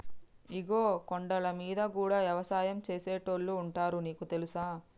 ఇగో కొండలమీద గూడా యవసాయం సేసేటోళ్లు ఉంటారు నీకు తెలుసా